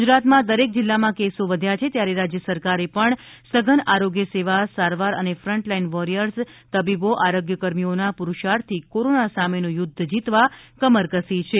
ગુજરાતમાં દરેક જિલ્લામાં કેસો વધ્યા છે ત્યારે રાજ્ય સરકારે પણ સઘન આરોગ્ય સેવા સારવાર અને ફન્ટલાઇન વોરિયર્સ તબીબો આરોગ્ય કર્મીઓના પુરૂષાર્થથી કોરોના સામેનું યુદ્ધ જીતવા કમર કસી છે